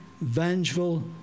vengeful